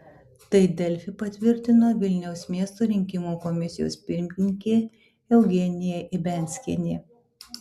tai delfi patvirtino vilniaus miesto rinkimų komisijos pirmininkė eugenija ibianskienė